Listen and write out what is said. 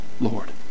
Lord